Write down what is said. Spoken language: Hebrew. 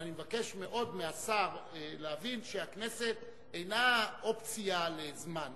אני מבקש מאוד מהשר להבין שהכנסת אינה אופציה לזמן,